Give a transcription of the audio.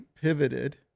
pivoted